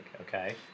Okay